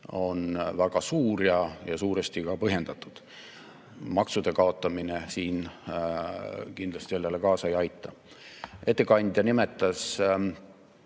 on väga suur ja suuresti ka põhjendatud. Maksude kaotamine siin kindlasti sellele kaasa ei aita. Ettekandja nimetas